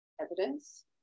Evidence